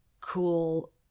cool